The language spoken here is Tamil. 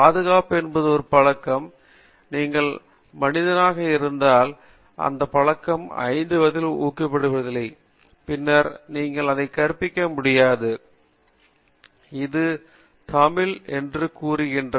பாதுகாப்பு என்பது ஒரு பழக்கம் நீங்கள் மனிதனாக இருந்தால் அந்த பழக்கம் 5 வயதில் ஊக்குவிக்கப்படவில்லையெனில் நீங்கள் பின்னர் அதைக் கற்பிக்க முடியாது இது தமிழ் FL என்று கூறுகிறது